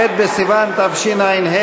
ח' בסיוון תשע"ה,